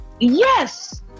yes